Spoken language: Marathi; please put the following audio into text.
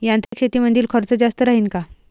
यांत्रिक शेतीमंदील खर्च जास्त राहीन का?